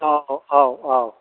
औ औ औ